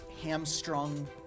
hamstrung